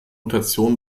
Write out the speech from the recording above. mutation